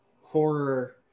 horror